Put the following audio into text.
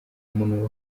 muntu